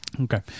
okay